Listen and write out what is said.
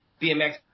BMX